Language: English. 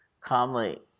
calmly